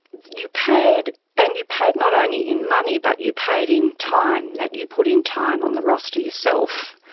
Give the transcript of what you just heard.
you paid, and you paid not only in money, but you paid in time, that you put in time on the roster yourself.